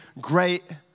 great